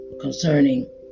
Concerning